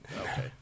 Okay